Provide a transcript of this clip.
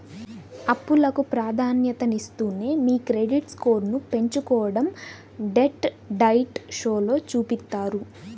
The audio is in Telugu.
అప్పులకు ప్రాధాన్యతనిస్తూనే మీ క్రెడిట్ స్కోర్ను పెంచుకోడం డెట్ డైట్ షోలో చూపిత్తారు